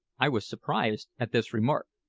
i was surprised at this remark,